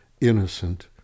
innocent